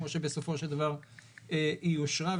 ובסופו של דבר היא אושרה.